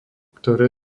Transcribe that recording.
ktoré